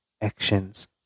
actions